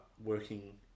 working